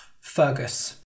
Fergus